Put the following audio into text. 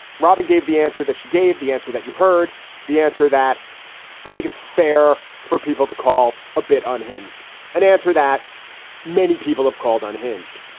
robin gave the answer that she gave the answer that you heard the answer that i think it's fair for people to call a bit unhinged and answer that many people have called unhinged.